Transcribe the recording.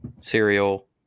cereal